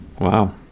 Wow